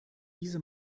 diese